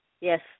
yes